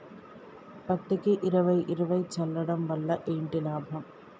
పత్తికి ఇరవై ఇరవై చల్లడం వల్ల ఏంటి లాభం?